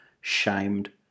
shamed